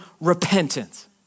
repentance